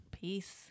Peace